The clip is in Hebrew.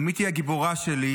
עמית היא הגיבורה שלי,